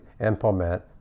implement